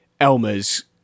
Elmer's